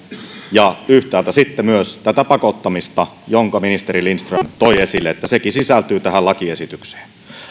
ja yhtäältä sitten myös tätä pakottamista jonka ministeri lindström toi esille joka sekin sisältyy tähän lakiesitykseen